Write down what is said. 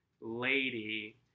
lady